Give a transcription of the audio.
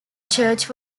church